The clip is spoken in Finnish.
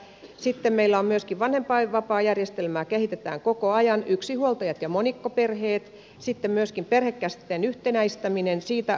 sitten meillä myöskin vanhempainvapaajärjestelmää kehitetään koko ajan yksinhuoltajat ja monikkoperheet sitten myöskin perhekäsitteen yhtenäistämisestä työ jatkuu